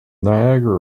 niagara